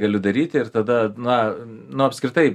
galiu daryti ir tada na nu apskritai